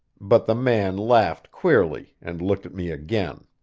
but the man laughed queerly, and looked at me again.